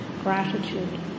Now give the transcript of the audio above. gratitude